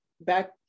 back